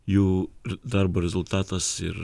jų darbo rezultatas ir